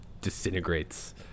disintegrates